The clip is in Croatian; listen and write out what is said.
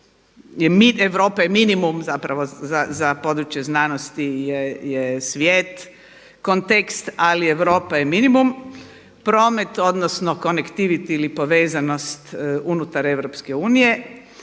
Europe, minimum zapravo za područje znanosti je svijet, kontekst ali Europa je minimum. Promet odnosno conetivity ili povezanost unutar EU i